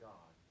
God